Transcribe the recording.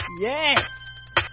Yes